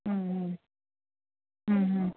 ಹ್ಞೂ ಹ್ಞೂ ಹ್ಞೂ ಹ್ಞೂ